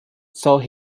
sold